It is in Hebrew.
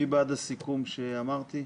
מי בעד הסיכום כפי שאמרתי?